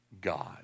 God